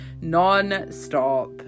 Non-stop